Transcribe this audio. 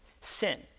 Sin